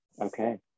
Okay